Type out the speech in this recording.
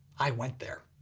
i went there.